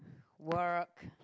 work